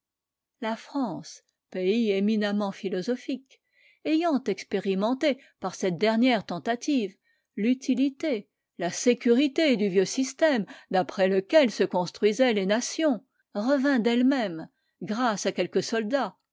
la france pays éminemment philosophique ayant expérimenté par cette dernière tentative l'utilité la sécurité du vieux système d'après lequel se construisaient les nations revint d'elle-même grâce à quelques soldats